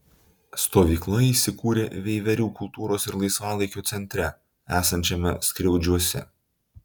stovykla įsikūrė veiverių kultūros ir laisvalaikio centre esančiame skriaudžiuose